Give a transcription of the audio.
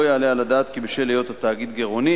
לא יעלה על הדעת כי בשל היות התאגיד גירעוני